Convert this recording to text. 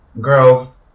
Girls